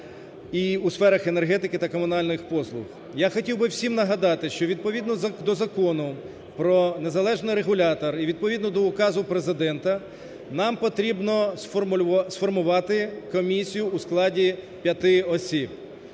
у сферах енергетики та комунальних послуг. Я хотів би всім нагадати, що відповідно до Закону про незалежного регулятора і відповідно до указу Президента нам потрібно сформувати комісію у складі 5 осіб.